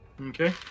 Okay